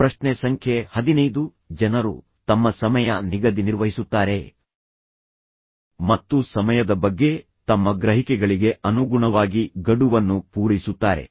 ಪ್ರಶ್ನೆ ಸಂಖ್ಯೆ ಹದಿನೈದು ಜನರು ತಮ್ಮ ನೇಮಕಾತಿಯನ್ನು ನಿರ್ವಹಿಸುತ್ತಾರೆ ಮತ್ತು ಸಮಯದ ಬಗ್ಗೆ ತಮ್ಮ ಗ್ರಹಿಕೆಗಳಿಗೆ ಅನುಗುಣವಾಗಿ ಗಡುವನ್ನು ಪೂರೈಸುತ್ತಾರೆ